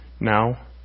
now